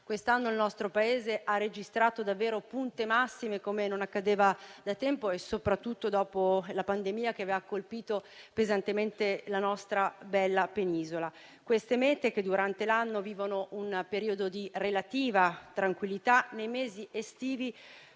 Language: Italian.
Quest'anno il nostro Paese ha registrato davvero punte massime come non accadeva da tempo e soprattutto dopo la pandemia che aveva colpito pesantemente la nostra bella Penisola. Queste mete, che durante l'anno vivono un periodo di relativa tranquillità, nei mesi estivi